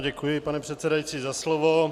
Děkuji, pane předsedající, za slovo.